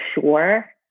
sure